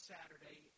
Saturday